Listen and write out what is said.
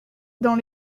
dans